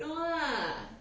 no lah